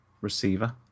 receiver